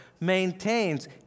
maintains